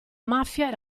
mafia